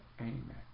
Amen